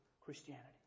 Christianity